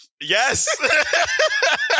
Yes